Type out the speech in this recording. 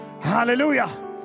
Hallelujah